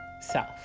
self